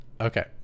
Okay